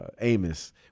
Amos